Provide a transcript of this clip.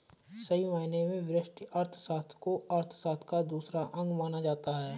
सही मायने में व्यष्टि अर्थशास्त्र को अर्थशास्त्र का दूसरा अंग माना जाता है